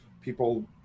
people